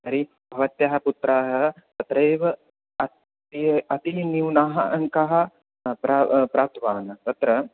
तर्हि भवत्याः पुत्राः अत्रैव अत्य् अतिः नूनाः अङ्काः प्रा प्राप्तवान् तत्र